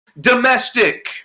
domestic